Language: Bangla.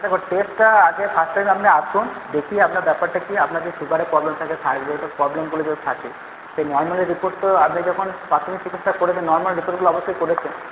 দেখুন টেস্টটা আগে ফার্স্ট টাইম আপনি আসুন দেখি আপনার ব্যাপারটা কি আপনার যদি সুগারের প্রবলেম থাকে থাইরয়েডের প্রবলেমগুলো যদি থাকে সে নর্মালি রিপোর্ট তো আগে যখন প্রাথমিক চিকিৎসা করেছেন নর্মাল রিপোর্টগুলো অবশ্যই করেছেন